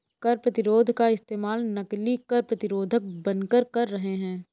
कर प्रतिरोध का इस्तेमाल नकली कर प्रतिरोधक बनकर कर रहे हैं